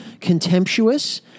contemptuous